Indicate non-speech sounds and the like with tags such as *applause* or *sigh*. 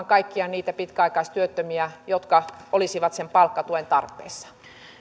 *unintelligible* kaikkia niitä pitkäaikaistyöttömiä jotka olisivat sen palkkatuen tarpeessa